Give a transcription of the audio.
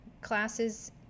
classes